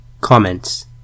Comments